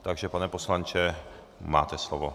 Takže pane poslanče, máte slovo.